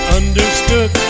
understood